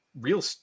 real